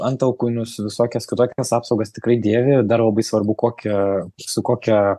antaukunius visokias kitokias apsaugas tikrai dėvi dar labai svarbu kokia su kokia